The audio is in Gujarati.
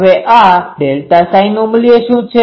હવે આ ΔΨનું મૂલ્ય શું છે